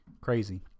crazy